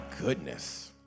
goodness